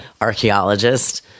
archaeologist